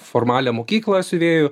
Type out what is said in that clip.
formalią mokyklą siuvėjų